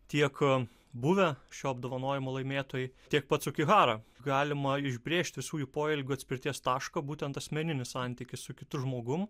tiek buvę šio apdovanojimo laimėtojai tiek pats sugihara galima išbrėžti visų jų poelgio atspirties tašką būtent asmeninį santykį su kitu žmogum